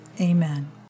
Amen